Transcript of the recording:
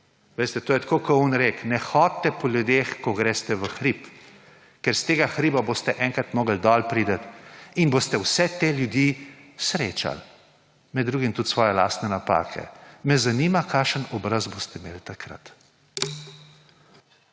Veste, to je tako kot tisti rek, ne hodite po ljudeh, ko greste v hrib, ker s tega hriba boste enkrat mogli dol priti in boste vse te ljudi srečal, med drugim tudi svoje lastne napake. Me zanima, kakšen obraz boste imel takrat.